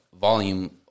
volume